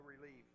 relief